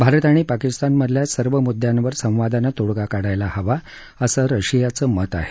भारत आणि पाकिस्तानमधल्या सर्व मुद्द्यांवर संवादांनं तोडगा काढायला हवा असं रशियाचं मत आहे